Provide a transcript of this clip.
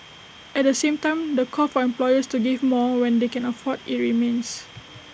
at the same time the call for employers to give more when they can afford IT remains